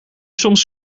soms